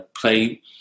play